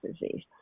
disease